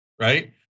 right